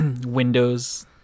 windows